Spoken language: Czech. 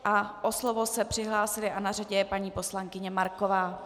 O slovo se přihlásila a na řadě je paní poslankyně Marková.